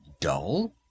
dull